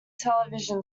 television